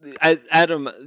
Adam